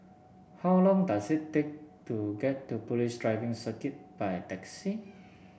how long does it take to get to Police Driving Circuit by taxi